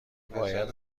باید